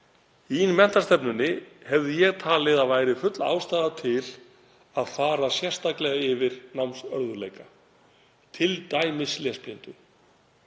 Í menntastefnunni hefði ég talið að væri full ástæða til að fara sérstaklega yfir námsörðugleika, t.d. lesblindu.